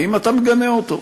האם אתה מגנה אותו?